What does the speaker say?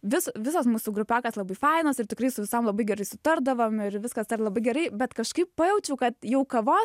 vis visos mūsų grupiokės labai fainos ir tikrai su visom labai gerai sutardavom ir viskas labai gerai bet kažkaip pajaučiau kad jau kavos